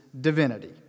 divinity